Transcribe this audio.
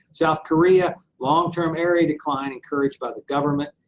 south korea, long term area decline encouraged by the government.